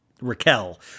Raquel